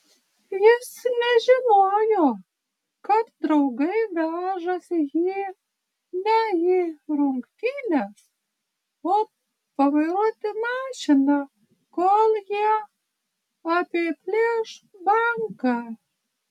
jis nežinojo kad draugai vežasi jį ne į rungtynes o pavairuoti mašiną kol jie apiplėš banką